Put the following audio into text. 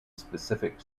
specific